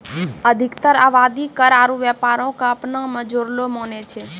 अधिकतर आवादी कर आरु व्यापारो क अपना मे जुड़लो मानै छै